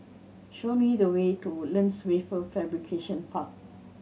show me the way to Lands Wafer Fabrication Park